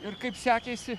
ir kaip sekėsi